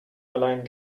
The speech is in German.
allein